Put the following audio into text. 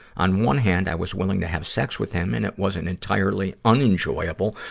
on one hand, i was willing to have sex with him, and it wasn't entirely unenjoyable.